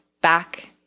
back